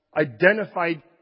identified